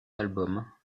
albums